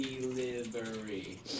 Delivery